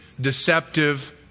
deceptive